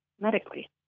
medically